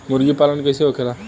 मुर्गी पालन कैसे होखेला?